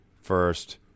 first